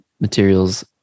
materials